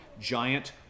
giant